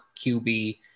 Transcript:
QB